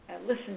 listen